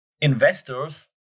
investors